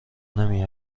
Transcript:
نمی